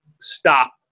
stop